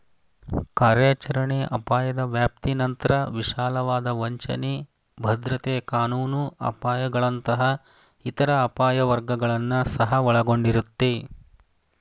ಕಾರ್ಯಾಚರಣೆ ಅಪಾಯದ ವ್ಯಾಪ್ತಿನಂತ್ರ ವಿಶಾಲವಾದ ವಂಚನೆ, ಭದ್ರತೆ ಕಾನೂನು ಅಪಾಯಗಳಂತಹ ಇತರ ಅಪಾಯ ವರ್ಗಗಳನ್ನ ಸಹ ಒಳಗೊಂಡಿರುತ್ತೆ